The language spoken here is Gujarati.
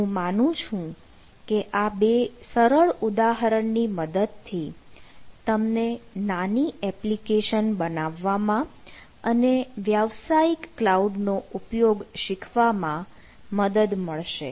હું માનું છું કે આ બે સરળ ઉદાહરણ ની મદદથી તમને નાની એપ્લીકેશન બનાવવામાં અને વ્યવસાયિક ક્લાઉડનો ઉપયોગ શીખવામાં મદદ મળશે